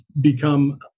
become